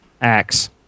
axe